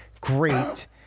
great